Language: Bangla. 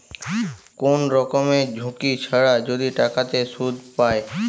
কোন রকমের ঝুঁকি ছাড়া যদি টাকাতে সুধ পায়